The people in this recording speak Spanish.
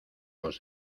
los